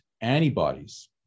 antibodies